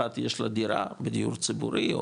אחת יש לה דירה בדיור ציבורי,